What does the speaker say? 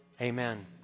Amen